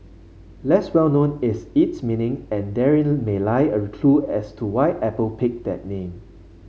less well known is its meaning and therein may lie a clue as to why Apple picked that name